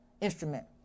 instrument